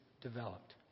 developed